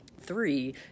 Three